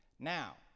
Now